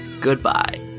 Goodbye